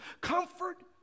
comfort